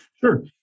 Sure